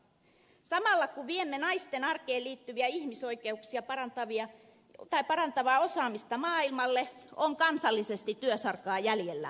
samalla kun viemme naisten arkeen liittyvää ihmisoikeuksia parantavaa osaamista maailmalle on kansallisesti työsarkaa jäljellä